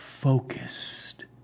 focused